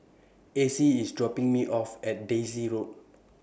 Acie IS dropping Me off At Daisy Road